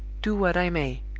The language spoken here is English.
do what i may.